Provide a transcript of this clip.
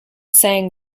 sang